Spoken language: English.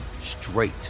straight